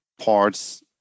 parts